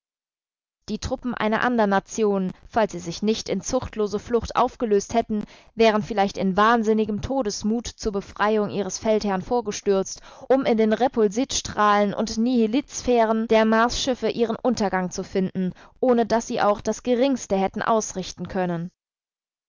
die truppen einer andern nation falls sie sich nicht in zuchtlose flucht aufgelöst hätten wären vielleicht in wahnsinnigem todesmut zur befreiung ihres feldherrn vorgestürzt um in den repulsitstrahlen und nihilitsphären der marsschiffe ihren untergang zu finden ohne daß sie auch das geringste hätten ausrichten können